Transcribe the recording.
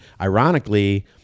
ironically